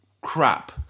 Crap